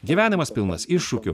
gyvenimas pilnas iššūkių